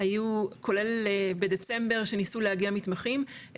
כולל בדצמבר שניסו להגיע מתמחים,